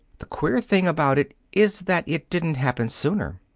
the queer thing about it is that it didn't happen sooner.